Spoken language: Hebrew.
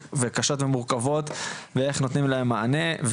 קשות ומורכבות ואיך נותנים להם מענה.